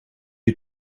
you